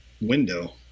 window